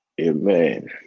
Amen